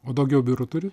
o daugiau biurų turi